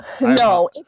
No